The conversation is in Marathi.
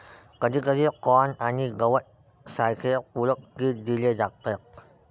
कधीकधी कॉर्न आणि गवत सारखे पूरक फीड दिले जातात